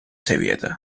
seviyede